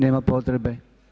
Nema potrebe?